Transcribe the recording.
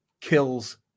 kills